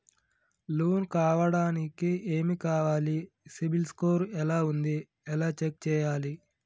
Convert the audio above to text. Loan కావడానికి ఏమి కావాలి సిబిల్ స్కోర్ ఎలా ఉంది ఎలా చెక్ చేయాలి?